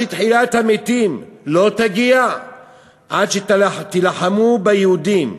תחיית המתים לא תגיע עד שתילחמו ביהודים,